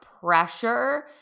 pressure